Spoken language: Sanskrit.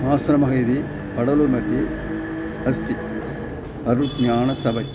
आश्रमः इति पडलु मति अस्ति अरुज्ञाणसवै